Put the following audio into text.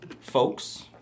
folks